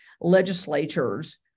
legislatures